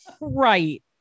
Right